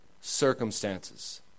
circumstances